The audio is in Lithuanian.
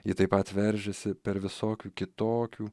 ji taip pat veržiasi per visokių kitokių